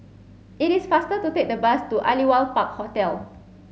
it is faster to take the bus to Aliwal Park Hotel